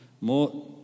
more